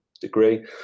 degree